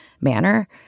manner